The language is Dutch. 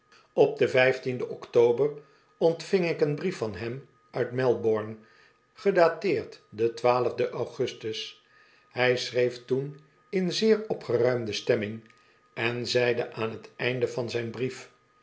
op den d october ontving ik een brief van hem uitmelborne gedateerd den d augustus hij schreef toen in zeer opgeruimde stemming en zeide aan t einde van zijn brief